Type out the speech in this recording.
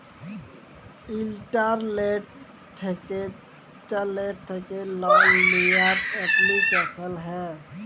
ইলটারলেট্ থ্যাকে লল লিয়ার এপলিকেশল হ্যয়